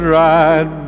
right